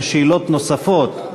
בשאלות נוספות,